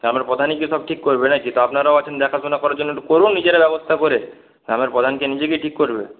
গ্রামের প্রধানই কি সব ঠিক করবে না কি তো আপনারাও আছেন দেখাশুনা করার জন্য একটু করুন নিজেরা ব্যবস্থা করে গ্রামের প্রধান কি নিজে গিয়ে ঠিক করবে